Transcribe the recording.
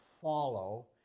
follow